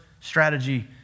strategy